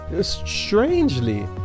strangely